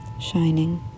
shining